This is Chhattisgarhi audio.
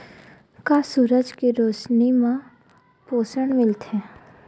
का सूरज के रोशनी म पोषण मिलथे?